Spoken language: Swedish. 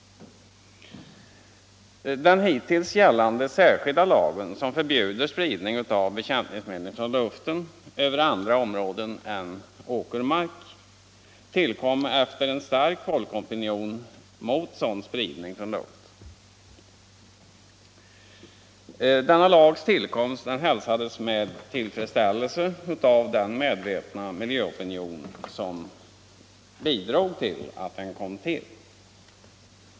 Den hittills gällande särskilda lag som förbjuder spridning av bekämpningsmedel från luften över andra områden än åkermark tillkom efter en stark folkopinion mot sådan spridning från luften. Denna lags tillkomst hälsades med tillfredsställelse av den medvetna miljöopinion som bidrog till dess tillkomst.